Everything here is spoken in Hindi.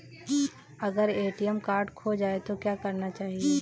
अगर ए.टी.एम कार्ड खो जाए तो क्या करना चाहिए?